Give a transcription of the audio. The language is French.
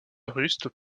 russes